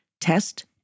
test